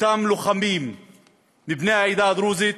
אותם לוחמים בני העדה הדרוזית,